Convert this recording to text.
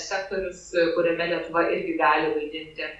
sektorius kuriame lietuva irgi gali vaidinti